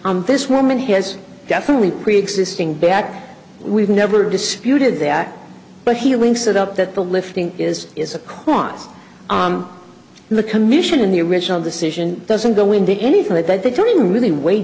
ok this woman has definitely preexisting back we've never disputed that but he links it up that the lifting is is a cost in the commission in the original decision doesn't go into anything like that they don't even really w